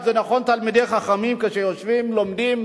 זה נכון, תלמידי חכמים כשיושבים, לומדים